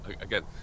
Again